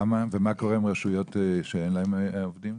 ומה קורה עם רשויות שאין להם עובדים?